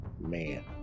man